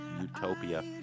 Utopia